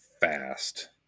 fast